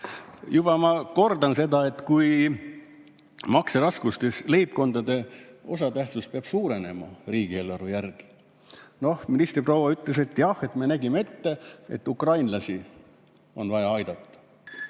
Ma kordan seda, et makseraskustes leibkondade osatähtsus peab suurenema, riigieelarve järgi. Ministriproua ütles, et jah, me nägime ette, et ukrainlasi on vaja aidata.